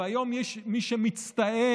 והיום יש מי שמצטער